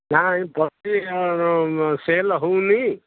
ନା ଏଇ ବସିଛି ଆଉ ସେଲ୍ ହେଉନି